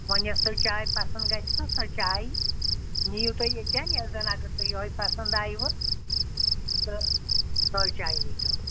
وۄنۍ یۄس تۄہہِ چاے پَسنٛد گژھِ تہٕ سۄ چایے نِیِو تُہۍ ییٚتٮ۪ن یۄس زَن اگر تُہۍ یِہَے پَسنٛد آیوٕ تہٕ سۄے چاے نیٖتَو